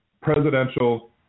presidential